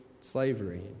slavery